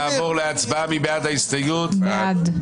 נצביע על הסתייגות 158. מי בעד?